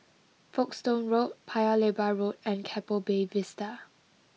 Folkestone Road Paya Lebar Road and Keppel Bay Vista